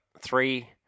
three